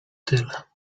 tyle